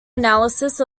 analysis